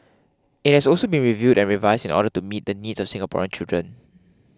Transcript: it has also been reviewed and revised in order to meet the needs of Singaporean children